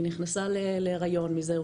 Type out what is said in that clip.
היא נכנסה להריון מזה.